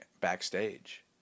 backstage